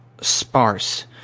sparse